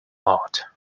out